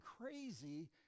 crazy